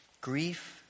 grief